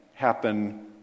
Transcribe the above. happen